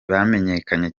bamenyekanye